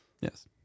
Yes